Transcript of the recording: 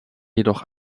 jedoch